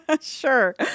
Sure